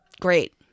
great